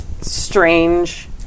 strange